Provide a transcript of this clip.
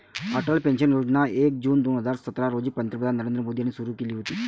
Atal pension Yojana एक जून दोन हजार सतरा रोजी पंतप्रधान नरेंद्र मोदी यांनी सुरू केली होती